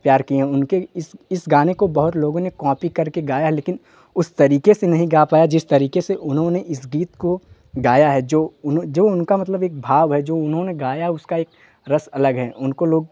प्यार किए उनके इस इस गाने को बहुत लोगों ने कॉपी कर के गाया लेकिन उस तरीक़े से नहीं गा पाया जिस तरीक़े से उन्होंने इस गीत को गाया है जो उन जो उनका मतलब एक भाव जो उन्होंने गाया है उसका एक रस अलग है उनको लोग